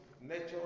Nature